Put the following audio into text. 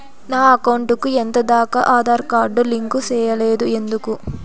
నా అకౌంట్ కు ఎంత దాకా ఆధార్ కార్డు లింకు సేయలేదు ఎందుకు